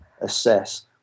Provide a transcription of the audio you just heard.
assess